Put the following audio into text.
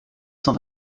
cent